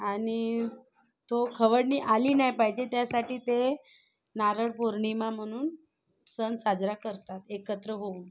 आणि ती खवळणी आली नाही पाहिजे त्यासाठी ते नारळ पौर्णिमा म्हणून सण साजरा करतात एकत्र होऊन